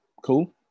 Cool